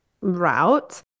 route